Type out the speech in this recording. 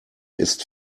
ist